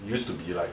it used to be like